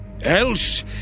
Else